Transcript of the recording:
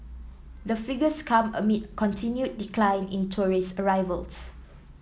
the figures come amid continued decline in tourist arrivals